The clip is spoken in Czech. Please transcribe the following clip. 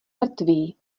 mrtvý